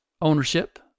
ownership